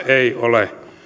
ei ole